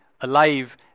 alive